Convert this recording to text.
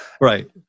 Right